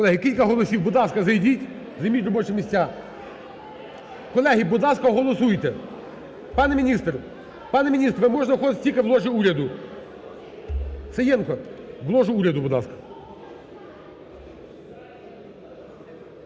Колеги, кілька голосів. Будь ласка, зайдіть, займіть робочі місця. Колеги, будь ласка, голосуйте. Пане міністр! Пане міністре, ви можете находитись тільки в ложі уряду. Саєнко! В ложу уряду, будь ласка.